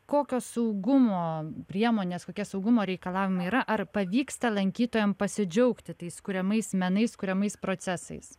kokios saugumo priemonės kokie saugumo reikalavimai yra ar pavyksta lankytojam pasidžiaugti tais kuriamais menais kuriamais procesais